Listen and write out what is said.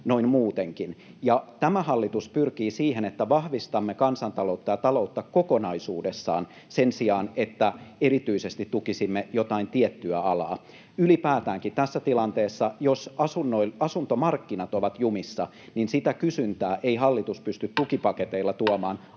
Tämä hallitus pyrkii siihen, että vahvistamme kansantaloutta ja taloutta kokonaisuudessaan sen sijaan, että erityisesti tukisimme jotain tiettyä alaa. Ylipäätäänkin tässä tilanteessa, jos asuntomarkkinat ovat jumissa, sitä kysyntää ei hallitus pysty tukipaketeilla tuomaan,